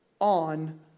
on